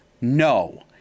No